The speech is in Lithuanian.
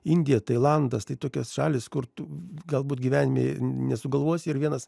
indija tailandas tai tokios šalys kur tu galbūt gyvenime nesugalvosi ir vienas